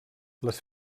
les